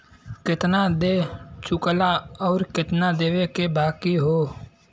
केतना दे चुकला आउर केतना देवे के बाकी हौ